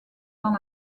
dans